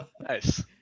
Nice